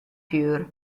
pure